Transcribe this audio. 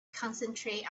concentrate